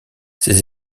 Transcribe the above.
ses